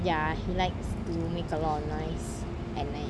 ya he likes to make a lot of noise at night